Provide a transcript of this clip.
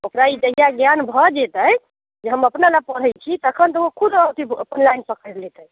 ओकरा ई जहिआ ज्ञान भऽ जयतै जे हम अपना लऽ पढ़ैत छी तखन तऽ ओ खुद अथी अपन लाइन पकड़ि लेतै